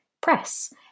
Press